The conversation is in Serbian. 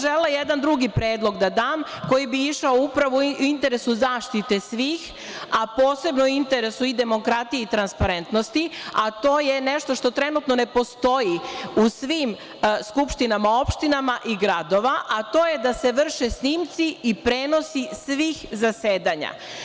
Želela sam jedan drugi predlog da dam koji bi išao upravo u interesu zaštite svih, a posebno u interesu i demokratije i transparentnosti, a to je nešto što trenutno ne postoji u svim skupštinama opština i gradova, a to je da se vrši snimanje i prenosi svih zasedanja.